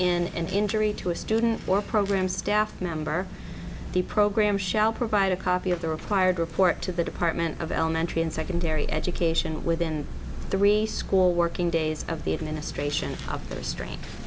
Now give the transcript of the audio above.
in an injury to a student or program staff member the program shall provide a copy of the required report to the department of elementary and secondary education within the rescore working days of the administration there are strang